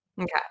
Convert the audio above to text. Okay